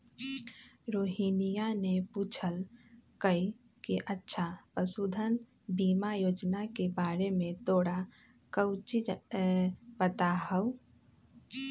रोहिनीया ने पूछल कई कि अच्छा पशुधन बीमा योजना के बारे में तोरा काउची पता हाउ?